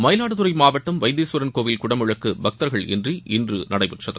மயிலாடுதுறை மாவட்டம் வைதீஸ்வரன் கோவில் குடமுழுக்கு பக்தர்கள் இன்றி இன்று நடைபெற்றது